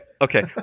okay